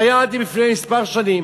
שהייתה עד לפני כמה שנים?